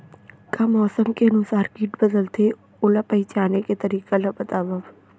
का मौसम के अनुसार किट बदलथे, ओला पहिचाने के तरीका ला बतावव?